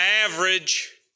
average